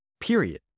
period